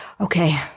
Okay